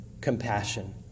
compassion